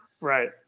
Right